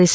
S